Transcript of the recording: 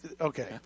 Okay